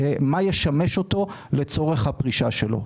ומה ישמש אותו לצורך הפרישה שלו.